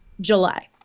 July